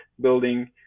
building